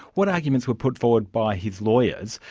what arguments were put forth by his lawyers,